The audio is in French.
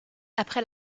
après